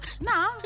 Nah